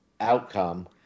outcome